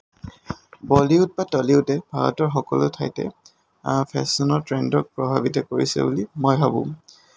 Bollywood বা টলীউডে ভাৰতৰ সকলো ঠাইতে ফেশ্বনৰ ট্ৰেণ্ডক প্ৰভাৱিত কৰিছে বুলি মই ভাবোঁ